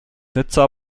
nizza